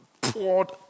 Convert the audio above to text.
poured